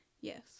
Yes